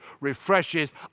refreshes